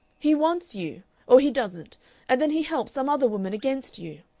he wants you or he doesn't and then he helps some other woman against you.